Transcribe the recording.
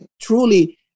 truly